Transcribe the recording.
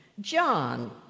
John